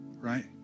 Right